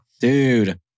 dude